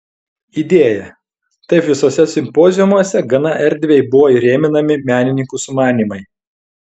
idėja taip visuose simpoziumuose gana erdviai buvo įrėminami menininkų sumanymai